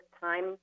time